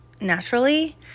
naturally